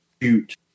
shoot